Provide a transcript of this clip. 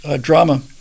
drama